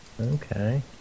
Okay